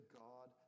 god